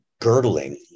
girdling